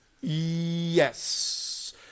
Yes